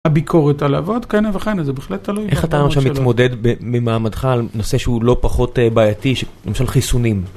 הביקורת על הוועד, כהנה וכהנה, זה בהחלט תלוי. איך אתה עכשיו מתמודד ממעמדך על נושא שהוא לא פחות בעייתי, למשל חיסונים?